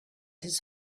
his